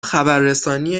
خبررسانی